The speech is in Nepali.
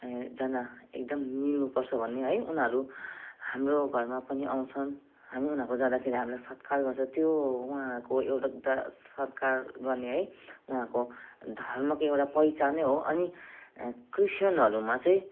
जना एकदम मिल्नुपर्छ भन्ने है उनीहरू हाम्रो घरमा पनि आउँछन् हामी उनीहरूकोमा जाँदाखेरि हामीलाई सत्कार गर्छ त्यो उहाँहरूको एउटा बडा सत्कार गर्ने है उहाँहरूको धर्मको एउटा पहिचानै हो अनि क्रिस्चियनहरूमा चाहिँ